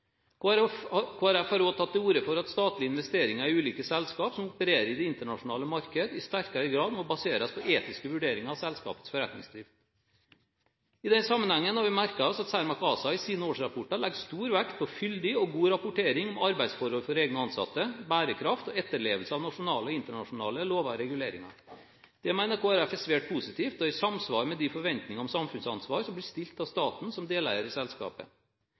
oppdrettsnæring. Kristelig Folkeparti har også tatt til orde for at statlige investeringer i ulike selskaper som opererer i det internasjonale marked, i sterkere grad må baseres på etiske vurderinger av selskapenes forretningsdrift. I den sammenhengen har vi merket oss at Cermaq ASA i sine årsrapporter legger stor vekt på fyldig og god rapportering om arbeidsforhold for egne ansatte, bærekraft og etterlevelse av nasjonale og internasjonale lover og reguleringer. Det mener Kristelig Folkeparti er svært positivt, og i samsvar med de forventninger om samfunnsansvar som blir stilt av staten som deleier i selskapet.